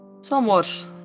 somewhat